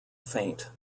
faint